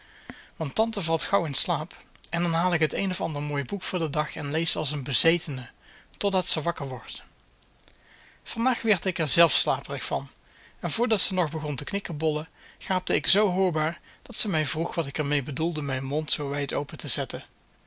want tante valt gauw in slaap en dan haal ik het een of ander mooi boek voor den dag en lees als een bezetene totdat ze wakker wordt vandaag werd ik er zelf slaperig van en voor dat ze nog begon te knikkebollen gaapte ik zoo hoorbaar dat ze mij vroeg wat ik er mee bedoelde mijn mond zoo wijd open te zetten